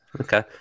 okay